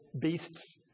beasts